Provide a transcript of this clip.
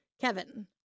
Kevin